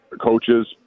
coaches